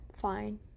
fine